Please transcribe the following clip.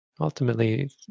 Ultimately